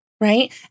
right